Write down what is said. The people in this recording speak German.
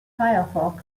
firefox